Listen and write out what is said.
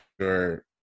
sure